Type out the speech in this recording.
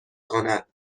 کند